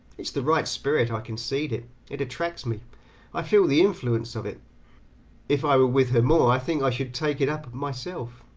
it is the right spirit, i concede it it attracts me i feel the influence of it if i were with her more i think i should take it up myself.